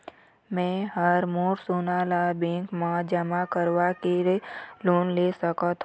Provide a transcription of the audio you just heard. मैं हर मोर सोना ला बैंक म जमा करवाके लोन ले सकत हो?